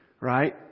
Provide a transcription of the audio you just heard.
right